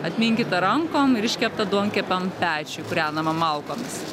atminkyta rankom ir iškepta duonkepio pečiuj kūrenam malkomis